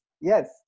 Yes